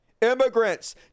immigrants